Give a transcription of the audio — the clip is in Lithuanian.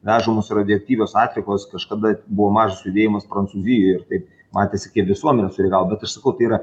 vežamos radioaktyvios atliekos kažkada buvo mažas judėjimas prancūzijoj ir tai matėsi kaip visuomenė sureagavo bet aš sakau tai yra